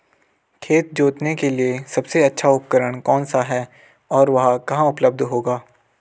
खेत जोतने के लिए सबसे अच्छा उपकरण कौन सा है और वह कहाँ उपलब्ध होगा?